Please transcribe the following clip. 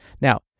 Now